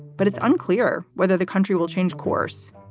but it's unclear whether the country will change course.